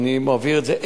ואני מבהיר את זה,